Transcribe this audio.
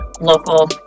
local